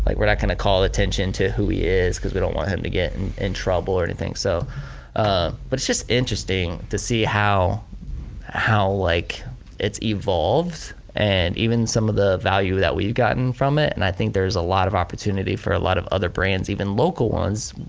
like we're not gonna call attention to who he is cause we don't want him to get in trouble or anything. so ah but it's just interesting to see how how like it's evolved and even some of the value that we've gotten from it and i think there's a lot of opportunity for a lot of other brands, even local ones,